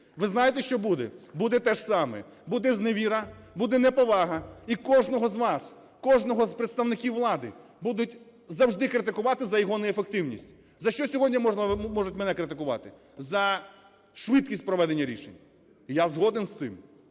Ви знаєте, що буде? Буде те ж саме! Буде зневіра, буде неповага. І кожного з вас, кожного з представників влади будуть завжди критикувати за його неефективність. За що сьогодні можуть мене критикувати? За швидкість проведення рішень. Я згоден з цим,